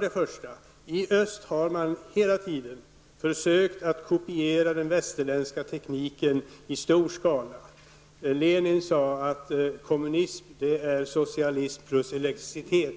Den första är att man i öst hela tiden och i stor skala har försökt kopiera den västerländska tekniken. Lenin sade att kommunism är socialism plus elektricitet.